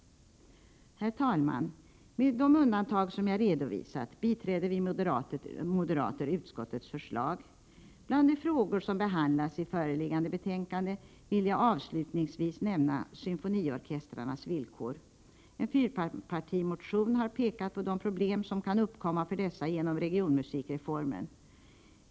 Herr talman! Med de undantag som jag redovisat biträder vi moderater utskottets förslag. Bland de frågor som behandlas i föreliggande betänkande vill jag avslutningsvis nämna symfoniorkestrarnas villkor. En fyrpartimotion har pekat på de problem som kan uppkomma för dessa genom regionmusikreformen.